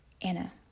Anna